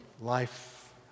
life